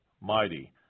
mighty